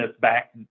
back